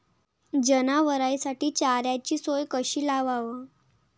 जनावराइसाठी चाऱ्याची सोय कशी लावाव?